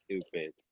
stupid